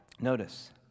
Notice